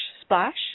splash